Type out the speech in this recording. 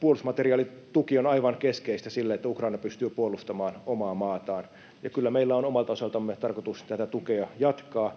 Puolustusmateriaalituki on aivan keskeistä sille, että Ukraina pystyy puolustamaan omaa maataan, ja kyllä meillä on omalta osaltamme tarkoitus tätä tukea jatkaa.